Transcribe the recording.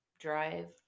drive